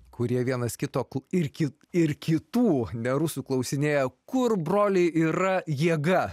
kurie vienas kito ir kit ir kitų ne rusų klausinėja kur broliai yra jėga